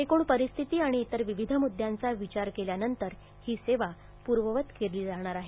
एकूण परिस्थिती आणि इतर विविध मुद्द्यांचा विचार केल्यानंतर ही सेवा पूर्ववत केली जाणार आहे